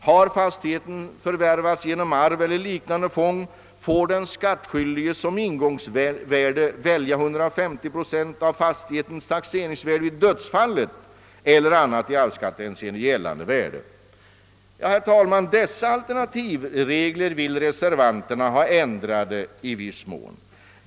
Om fastigheten förvärvats genom arv eller liknande fång får den skattskyldige som ingångsvärde välja 150 procent av fastighetens taxeringsvärde vid dödsfallet eller annat i arvsskattehänseende gällande värde. Dessa alternativa regler vill reservanterna i viss mån ha ändrade.